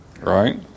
right